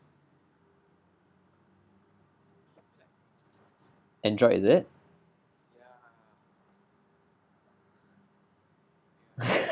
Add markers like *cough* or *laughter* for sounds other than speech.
Android is it *laughs*